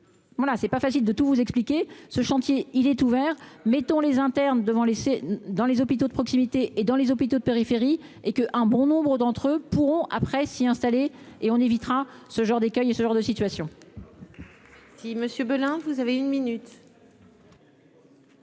Voilà, c'est pas facile de tout vous expliquer ce chantier, il est ouvert, mettons les interne devant laisser dans les hôpitaux de proximité et dans les hôpitaux de périphérie et que un bon nombre d'entre eux pourront après s'y installer et on évitera ce genre d'écueil ce genre de situation.